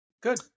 Good